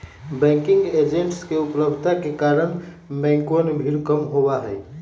banking agents के उपलब्धता के कारण बैंकवन में भीड़ कम होबा हई